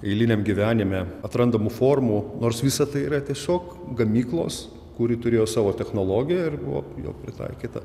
eiliniam gyvenime atrandamų formų nors visa tai yra tiesiog gamyklos kuri turėjo savo technologiją ir buvo jo pritaikyta